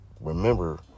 Remember